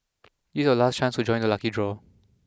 it's your last chance to join the lucky draw